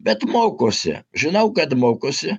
bet mokosi žinau kad mokosi